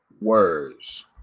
words